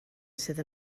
sydd